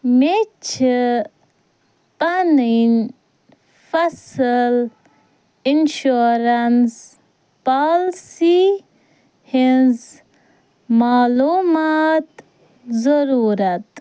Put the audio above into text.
مےٚ چھِ پَنٕنۍ فصٕل انشوریٚنٕس پوٛالسی ہنٛز معلوٗمات ضروٗرت